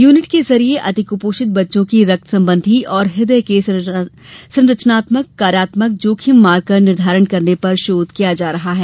unit के जरिये अति कुपोषित बच्चों की रक्त संबंधी और हृदय के संरचनात्मक एवं कार्यात्मक जोखिम मार्कर निर्धारण करने पर शोध किया जा रहा है